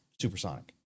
supersonic